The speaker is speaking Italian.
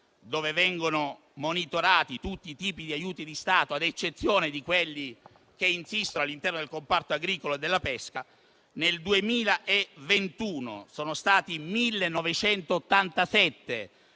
dove vengono monitorati tutti i tipi di aiuti di Stato ad eccezione di quelli che insistono all'interno del comparto agricolo e della pesca - nel 2021 sono stati 1.987